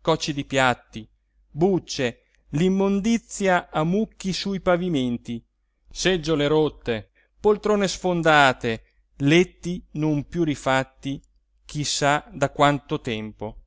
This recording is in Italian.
cocci di piatti bucce l'immondizia a mucchi sui pavimenti seggiole rotte poltrone sfondate letti non piú rifatti chi sa da quanto tempo